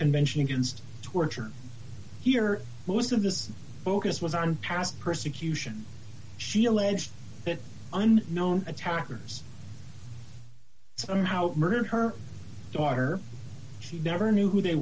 convention against torture here most of his focus was on past persecution she alleged that on known attackers somehow murdered her daughter she never knew who they